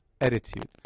attitude